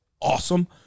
awesome